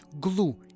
glue